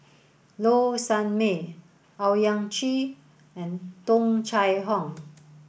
Low Sanmay Owyang Chi and Tung Chye Hong